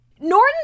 Norton